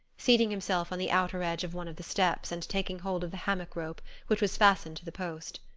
seating himself on the outer edge of one of the steps and taking hold of the hammock rope which was fastened to the post.